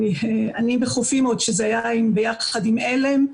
אני ב"חופים" עוד כשזה היה ביחד עם עלם.